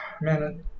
man